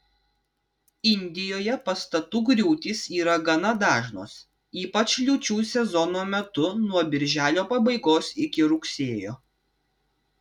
indijoje pastatų griūtys yra gana dažnos ypač liūčių sezono metu nuo birželio pabaigos iki rugsėjo